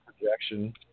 projection